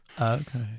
Okay